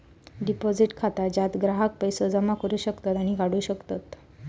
deposit खाता ज्यात ग्राहक पैसो जमा करू शकतत आणि काढू शकतत